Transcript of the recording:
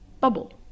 bubble